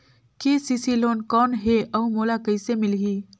KCC loan कौन हे अउ मोला कइसे मिलही?